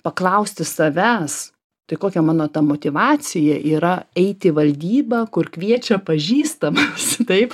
paklausti savęs tai kokia mano ta motyvacija yra eit į valdybą kur kviečia pažįstamas taip